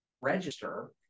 register